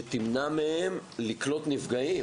שתמנע מהם לקלוט נפגעים,